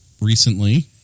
recently